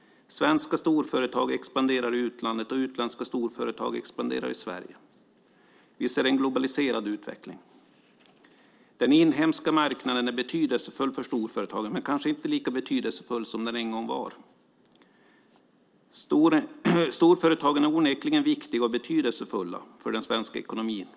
Svenska storföretag expanderar i utlandet, och utländska storföretag expanderar i Sverige. Vi ser en globaliserad utveckling. Den inhemska marknaden är betydelsefull för storföretagen men kanske inte lika betydelsefull som den en gång var. Storföretagen är onekligen viktiga och betydelsefulla för den svenska ekonomin.